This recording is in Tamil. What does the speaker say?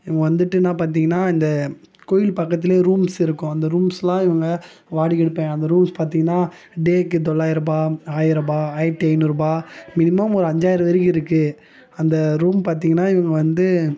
இவங்க வந்துட்டுனால் பார்த்தீங்கன்னா இந்த கோயில் பக்கத்திலே ரூம்ஸ் இருக்கும் அந்த ரூம்ஸெல்லாம் இவங்க வாடகை எடுப்பாங்க அந்த ரூம்ஸ் பார்த்தீங்கன்னா டேக்கு தொள்ளாயிரம் ரூபாய் ஆயிரம் ரூபாய் ஆயிரத்து ஐநூறுரூபா மினிமம் ஒரு அஞ்சாயிரம் வரைக்கும் இருக்குது அந்த ரூம் பார்த்தீங்கன்னா இவங்க வந்து